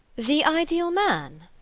the ideal man!